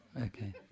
Okay